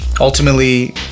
Ultimately